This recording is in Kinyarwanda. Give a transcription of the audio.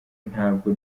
ntabwo